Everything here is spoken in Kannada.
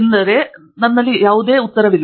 ಪ್ರೊಫೆಸರ್ ಆಂಡ್ರ್ಯೂ ಥಂಗರಾಜ ಹೌದು ನಿಖರವಾಗಿ